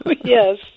yes